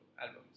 albums